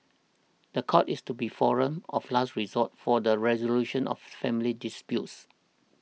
the court is to be the forum of last resort for the resolution of family disputes